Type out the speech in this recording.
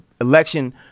election